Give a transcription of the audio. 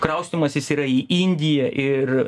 kraustymasis yra į indiją ir